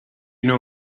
know